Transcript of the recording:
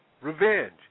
revenge